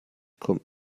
kommt